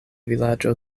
vilaĝo